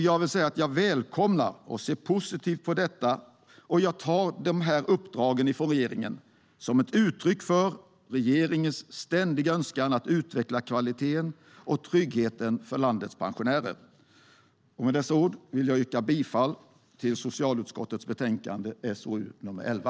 Jag vill säga att jag välkomnar och ser positivt på detta, och jag tar dessa uppdrag från regeringen som ett uttryck för att regeringen ständigt önskar utveckla kvaliteten och tryggheten för landets pensionärer. Jag yrkar bifall till socialutskottets förslag i betänkandet SoU11.